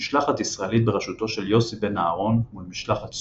משלחת ישראלית בראשותו של יוסי בן אהרון מול משלחת סורית,